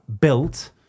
built